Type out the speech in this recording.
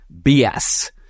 BS